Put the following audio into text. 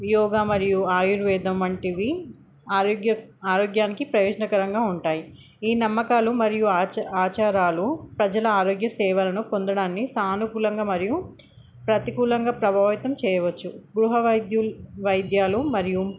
యోగా మరియు ఆయుర్వేదం వంటివి ఆరోగ్య ఆరోగ్యానికి ప్రయోజనకరంగా ఉంటాయి ఈ నమ్మకాలు మరియు ఆచారాలు ప్రజల ఆరోగ్య సేవలను పొందడాన్ని సానుకూలంగా మరియు ప్రతికూలంగా ప్రభావితం చేయవచ్చు గృహ వైద్యు వైద్యాలు మరియు